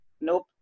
nope